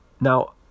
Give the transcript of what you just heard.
Now